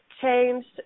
changed